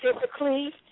physically